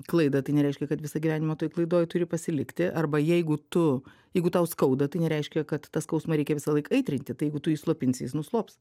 klaidą tai nereiškia kad visą gyvenimą toj klaidoj turi pasilikti arba jeigu tu jeigu tau skauda tai nereiškia kad tą skausmą reikia visą laik aitrinti tai jeigu tu jį slopinsi jis nuslops